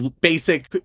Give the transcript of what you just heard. basic